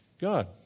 God